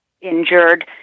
injured